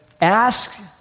Ask